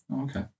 Okay